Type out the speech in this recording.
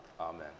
Amen